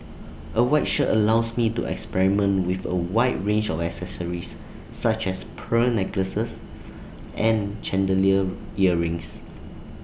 A white shirt allows me to experiment with A wide range of accessories such as pearl necklaces and chandelier earrings